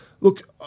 Look